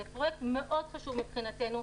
זה פרויקט מאוד חשוב מבחינתנו,